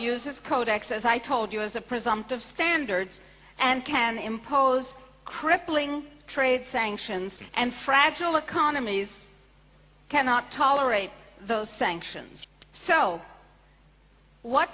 uses codex as i told you as a presumptive standards and can impose crippling trade sanctions and fragile economies cannot tolerate those sanctions so what